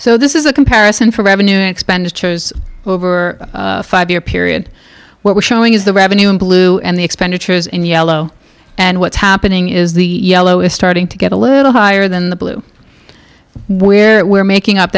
so this is a comparison for revenue expenditures over five year period what we're showing is the revenue in blue and the expenditures in yellow and what's happening is the yellow is starting to get a little higher than the blue where we're making up